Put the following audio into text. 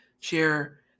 share